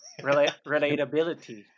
Relatability